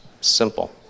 Simple